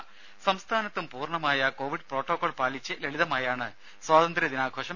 രുദ സംസ്ഥാനത്തും പൂർണമായും കോവിഡ് പ്രോട്ടോകോൾ പാലിച്ച് ലളിതമായാണ് സ്വാതന്ത്ര്യദിനാഘോഷം